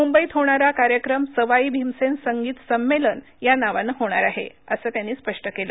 म्ंबईत होणारा कार्यक्रम सवाई भीमसेन संगीत संमेलन या नावानं होणार आहे असं त्यांनी स्पष्ट केलं